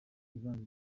ivanze